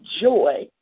joy